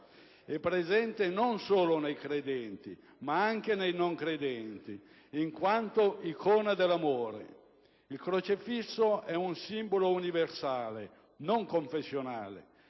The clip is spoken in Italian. e presente non solo nei credenti, ma anche nei non credenti, in quanto icona dell'amore. Il crocefisso è un simbolo universale, non confessionale.